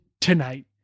tonight